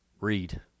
read